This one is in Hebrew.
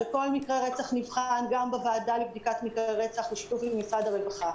וכל מקרה רצח נבחן גם בוועדה לבדיקת מקרי רצח בשיתוף עם משרד הרווחה.